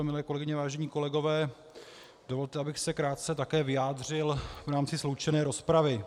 Milé kolegyně, vážení kolegové, dovolte, abych se také krátce vyjádřil v rámci sloučené rozpravy.